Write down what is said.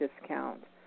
discount